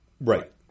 Right